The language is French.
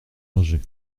angers